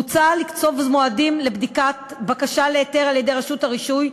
מוצע לקצוב מועדים לבדיקת בקשה להיתר על-ידי רשות הרישוי,